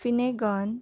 Finnegan